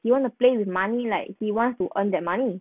he want to play with money like he want to earn that money